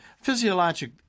physiologic